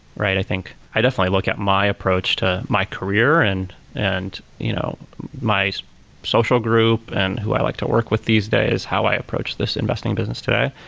right? i think, i definitely look at my approach to my career and and you know my social group and who i like to work with these days, how i approach this investing business today.